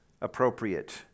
appropriate